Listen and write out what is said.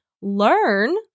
Learn